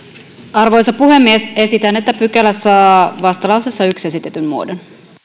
arvoisa puhemies esitän että pykälä saa vastalauseessa yhden esitetyn muodon